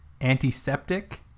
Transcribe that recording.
antiseptic